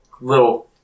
little